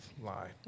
lie